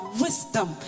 wisdom